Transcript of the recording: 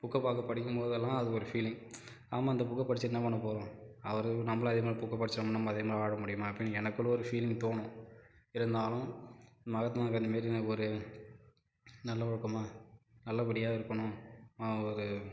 புக்கை பார்க்க படிக்கும்போதெல்லாம் அது ஒரு ஃபீலிங் ஆமாம் அந்த புக்கை படிச்சி என்ன பண்ணப்போகறோம் அவர் நம்மளும் அதுமாரி புக்கை படிச்சோம்னா நம்ம அதே மாதிரி ஆயிட முடியுமா அப்படின்னு எனக்குள்ளே ஒரு ஃபீலிங் தோணும் இருந்தாலும் மகாத்மா காந்தி மாரி எனக்கொரு நல்ல ஒழுக்கமாக நல்லபடியாக இருக்கணும் ஒரு